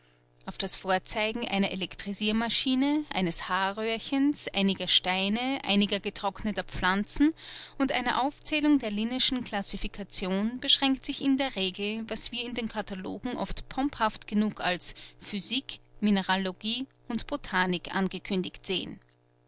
auf das vorzeigen einer elektrisirmaschine eines haarröhrchens einiger steine einiger getrockneter pflanzen und einer aufzählung der linn'schen klassificationen beschränkt sich in der regel was wir in den katalogen oft pomphaft genug als physik mineralogie und botanik angekündigt sehen